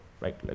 right